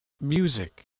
music